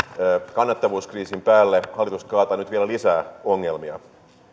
kannattavuuskriisin päälle hallitus kaataa nyt vielä lisää ongelmia